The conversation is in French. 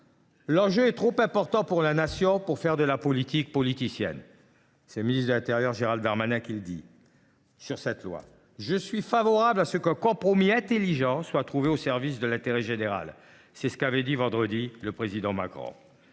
L’enjeu est trop important pour la Nation pour faire de la politique politicienne », a dit le ministre de l’intérieur, Gérald Darmanin, à propos de ce projet de loi. « Je suis favorable à ce qu’un compromis intelligent soit trouvé au service de l’intérêt général », a dit, vendredi dernier, le président Macron.